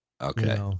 okay